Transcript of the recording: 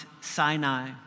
Sinai